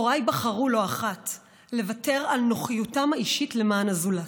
הוריי בחרו לא אחת לוותר על נוחיותם האישית למען הזולת.